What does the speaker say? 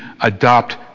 adopt